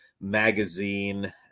Magazine